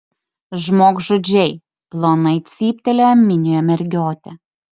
žmogžudžiai plonai cyptelėjo minioje mergiotė